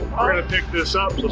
we're gonna pick this up